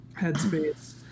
headspace